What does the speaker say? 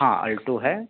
हाँ अल्टो है